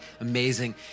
Amazing